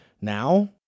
Now